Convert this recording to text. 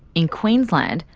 in queensland,